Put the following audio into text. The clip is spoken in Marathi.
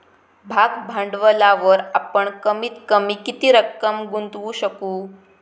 भाग भांडवलावर आपण कमीत कमी किती रक्कम गुंतवू शकू?